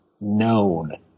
known